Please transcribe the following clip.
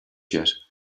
yet